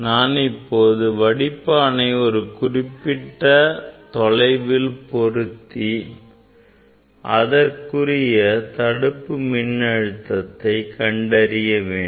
நான் இப்போது வடிப்பானை ஒரு குறிப்பிட்ட தொலைவில் பொருத்தி அதற்குரிய தடுப்பு மின்னழுத்தத்தை கண்டறிய வேண்டும்